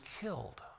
killed